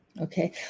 Okay